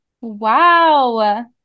Wow